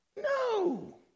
No